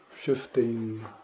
shifting